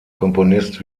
komponist